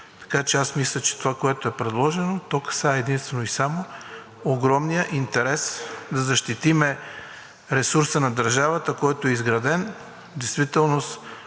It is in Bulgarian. Така че аз мисля, че това, което е предложено тук, са единствено и само огромният интерес да защитим ресурса на държавата, който е изграден, в действителност